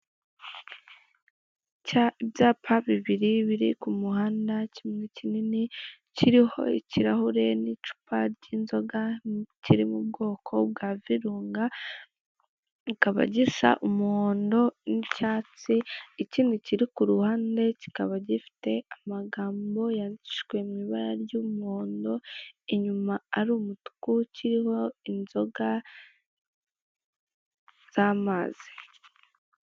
Ibyapa bibiri biri ku muhanda kimwe kinini kiriho ikirahure n'icupa ry'inzoga kiri mu bwoko bwa virunga kikaba gisa umuhondo n'icyatsi, ikindi kiri ku ruhande kikaba gifite amagambo yandikishijwe mu ibara ry'umuhondo inyuma ari umutuku kiriho inzoga z'amazi.